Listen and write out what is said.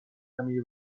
همهی